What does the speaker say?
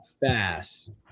fast